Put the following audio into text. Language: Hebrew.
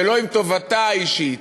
ולא בטובתה האישית,